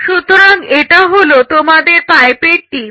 সুতরাং এটা হলো তোমাদের পাইপেট টিপ